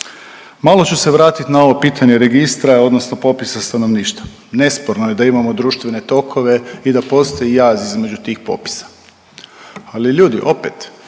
Malo ću se vratiti na ovo pitanje registra, odnosno popisa stanovništva. Nesporno je da imamo društvene tokove i da postoji jaz između tih popisa, ali ljudi opet